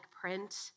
print